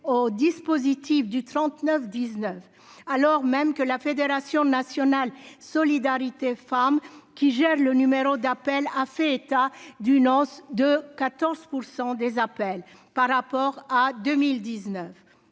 du trente-neuf dix-neuf, alors même que la Fédération nationale solidarité femmes qui gère le numéro d'appel a fait état d'une hausse de 14 % des appels par rapport à 2019